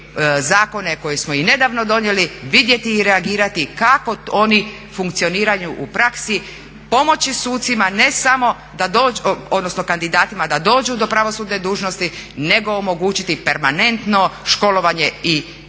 zakone koje smo i nedavno donijeli vidjeti i reagirati kako oni funkcioniraju u praksi, pomoći sucima ne samo da dođu, odnosno kandidatima da dođu do pravosudne dužnosti nego omogućiti permanentno školovanje i